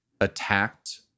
attacked